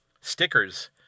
stickers